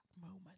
moment